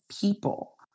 people